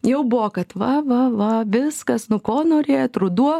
jau buvo kad va va va viskas nu ko norėt ruduo